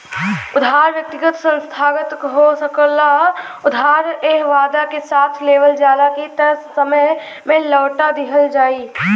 उधार व्यक्तिगत संस्थागत हो सकला उधार एह वादा के साथ लेवल जाला की तय समय में लौटा दिहल जाइ